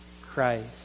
Christ